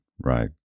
right